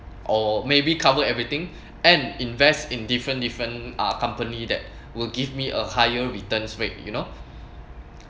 or maybe cover everything and invest in different different uh company that will give me a higher returns rate you know